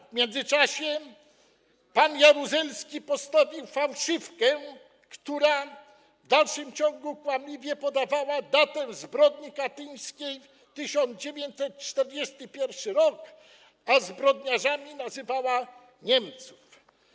W tym czasie pan Jaruzelski postawił fałszywkę, która w dalszym ciągu kłamliwie podawała jako datę zbrodni katyńskiej 1941 r., a zbrodniarzami nazywała Niemców.